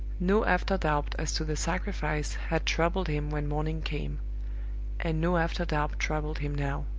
no after-doubt as to the sacrifice had troubled him when morning came and no after-doubt troubled him now.